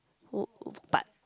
uh uh but